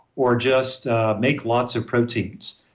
or just make lots of proteins.